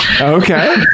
Okay